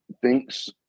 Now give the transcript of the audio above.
thinks